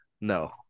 No